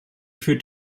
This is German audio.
führt